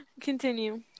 Continue